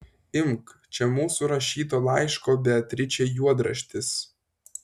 imk čia mūsų rašyto laiško beatričei juodraštis